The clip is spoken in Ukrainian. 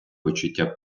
почуття